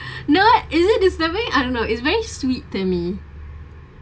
no is it disobey I don't know it's very sweet to me